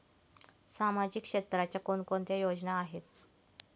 सामाजिक क्षेत्राच्या कोणकोणत्या योजना आहेत?